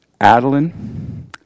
Adeline